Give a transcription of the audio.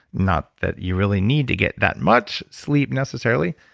not that you really need to get that much sleep necessarily.